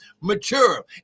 mature